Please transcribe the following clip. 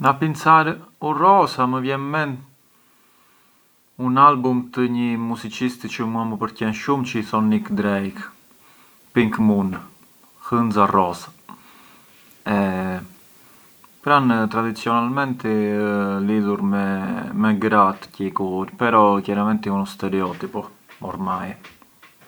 Forsi më përqen më shumë te vete te un concertu, përçë comunqui u sport çë më përqen mua ë baluni, baluni e gjithë tjerët sport mua comunqui ngë më nteresarjën fondamentalmenti, na ë se kit veje shihja një partit di baseball u ngë i drëngonj gjë di baseball inveci mua la musica, mua më përqen gjithë la musica, certu, sempri ghuste jan, però in linea di massima na u vete te un concertu divërtirem, na jan gjinde bravi çë din të i bien e gjithë. Però na më thua, certu na më thua vemi te un concertu të njëi çë ngë më përqen oppuru vemi e shohjëm a Juventus te u stadiu preferir a Juventus te u stadiu.